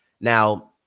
Now